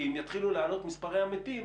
כי אם יתחילו לעלות מספרי המתים,